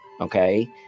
okay